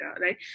right